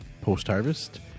post-harvest